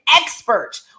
expert